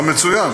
ליצמן.